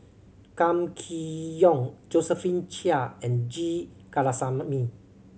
Kam Kee Yong Josephine Chia and G Kandasamy